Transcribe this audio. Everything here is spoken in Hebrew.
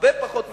הרבה פחות מ-6%.